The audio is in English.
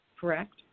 correct